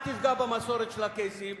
אל תפגע במסורת של הקייסים,